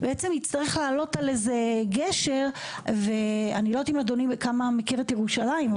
בעצם יצטרך לעלות על איזה גשר ואני לא יודעת כמה אדוני מכיר את ירושלים.